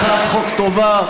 הצעת החוק טובה,